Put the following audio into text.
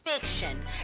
fiction